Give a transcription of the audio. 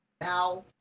Now